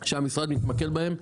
שהמשרד יתמקד בהם,